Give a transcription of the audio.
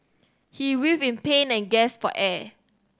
he writhed in pain and gasped for air